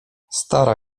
stara